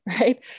right